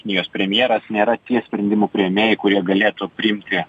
kinijos premjeras nėra tie sprendimų priėmėjai kurie galėtų priimti